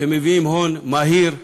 שמביאים הון מהיר וגדול,